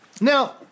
Now